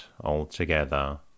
altogether